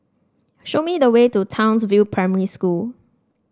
show me the way to Townsville Primary School